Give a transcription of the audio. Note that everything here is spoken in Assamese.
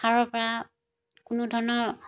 সাৰৰ পৰা কোনোধৰণৰ